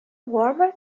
warmer